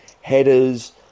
headers